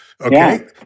Okay